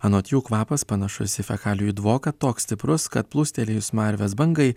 anot jų kvapas panašus į fekalijų dvoką toks stiprus kad plūstelėjus smarvės bangai